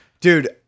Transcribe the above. Dude